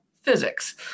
physics